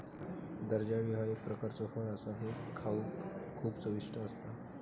जर्दाळू ह्या एक प्रकारचो फळ असा हे फळ खाउक खूप चविष्ट असता